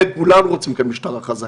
כן, כולם רוצים כאן משטרה חזקה.